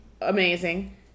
Amazing